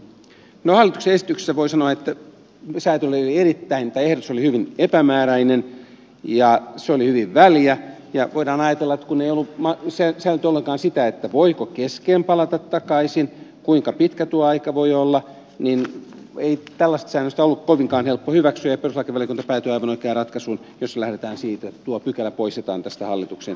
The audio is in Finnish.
no hallituksen esityksestä voi sanoa että ehdotus oli hyvin epämääräinen ja se oli hyvin väljä ja voidaan ajatella että kun ei ollut säännelty ollenkaan sitä voiko kesken palata takaisin kuinka pitkä tuo aika voi olla niin ei tällaista säännöstä ollut kovinkaan helppo hyväksyä ja perustuslakivaliokunta päätyi aivan oikeaan ratkaisuun jossa lähdetään siitä että tuo pykälä poistetaan tästä hallituksen esityksestä